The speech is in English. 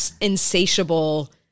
insatiable